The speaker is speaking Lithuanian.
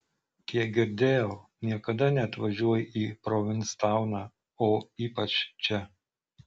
kiek girdėjau niekada neatvažiuoji į provinstauną o ypač čia